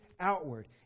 outward